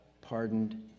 pardoned